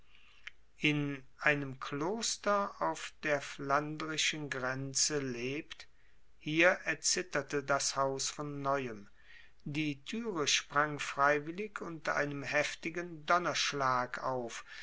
in einem kloster auf der flandrischen grenze lebt hier erzitterte das haus von neuem die türe sprang freiwillig unter einem heftigen donnerschlag auf